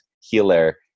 healer